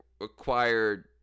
acquired